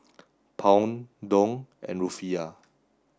Pound Dong and Rufiyaa